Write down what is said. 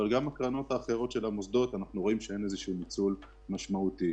בקרנות האחרות של המוסדות אנחנו רואים שאין ניצול משמעותי.